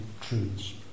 Truths